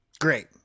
Great